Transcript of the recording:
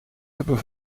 hebben